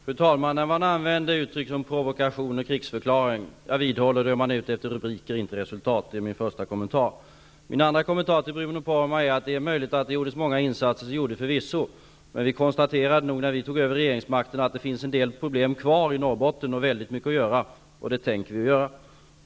Fru talman! När man använder uttryck som provokation och krigsförklaring är man ute efter rubriker, inte resultat. Jag vidhåller det. Det är min första kommentar. Min andra kommentar, till Bruno Poromaa, är att det är möjligt att det gjordes många insatser. Men vi konstaterade när vi tog över regeringsmakten att det finns en del problem kvar i Norrbotten och väldigt mycket att göra. Det skall vi göra.